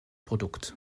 produkt